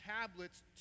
tablets